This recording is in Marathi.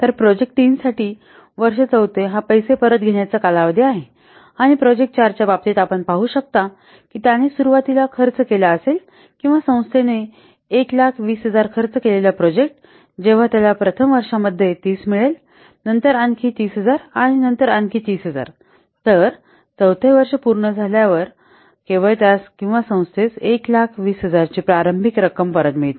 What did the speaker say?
तर प्रोजेक्ट 3 साठी वर्ष 4 हा पैसे परत घेण्याचा कालावधी आहे आणि प्रोजेक्ट 4 च्या बाबतीत आपण पाहू शकता की त्याने सुरुवातीला खर्च केला असेल किंवा संस्थेने 120000 खर्च केलेला प्रोजेक्ट जेव्हा त्याला प्रथम वर्ष मध्ये 30 मिळेल नंतर आणखी 30000 आणि नंतर आणखी 30000 तर चौथे वर्ष पूर्ण झाल्यावर तर केवळ त्याला किंवा संस्थेस 120000 ची प्रारंभिक रक्कम परत मिळते